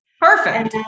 Perfect